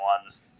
ones